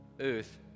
earth